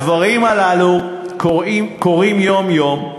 הדברים הללו קורים יום-יום,